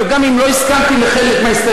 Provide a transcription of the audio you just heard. אבל גם אם לא הסכמתי לחלק מההסתייגויות,